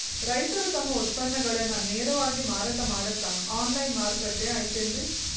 ರೈತರು ತಮ್ಮ ಉತ್ಪನ್ನಗಳನ್ನ ನೇರವಾಗಿ ಮಾರಾಟ ಮಾಡಾಕ ಆನ್ಲೈನ್ ಮಾರುಕಟ್ಟೆ ಐತೇನ್ರಿ?